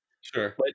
Sure